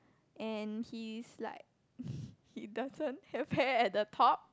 and he's like he doesn't have hair at the top